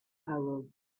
will